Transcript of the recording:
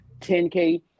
10K